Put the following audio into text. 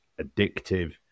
addictive